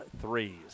threes